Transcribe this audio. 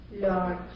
Lord